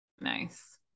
nice